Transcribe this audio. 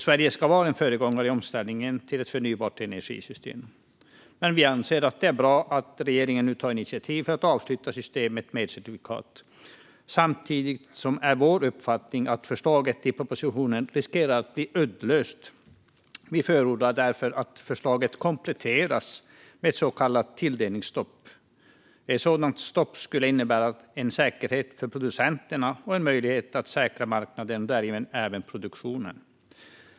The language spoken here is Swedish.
Sverige ska vara en föregångare i omställningen till ett förnybart energisystem, men vi anser att det är bra att regeringen nu tar initiativ för att avsluta systemet med elcertifikat. Samtidigt är det vår uppfattning att förslaget i propositionen riskerar att bli uddlöst. Vi förordar därför att förslaget kompletteras med ett så kallat tilldelningsstopp. Ett sådant stopp skulle innebära en säkerhet för producenterna och en möjlighet att säkra marknaden och därigenom även produktionen.